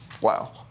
Wow